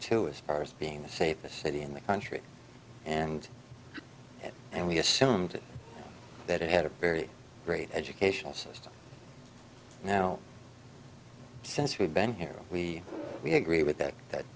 two as far as being the safest city in the country and and we assumed that it had a very great educational system you know since we've been here we we agree with that that